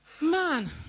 Man